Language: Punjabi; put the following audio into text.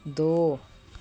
ਦੋ